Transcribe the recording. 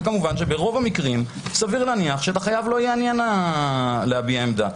כמובן שברוב המקרים סביר להניח שאת החייב לא יעניין להביע עמדה,